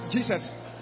Jesus